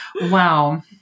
Wow